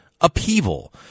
upheaval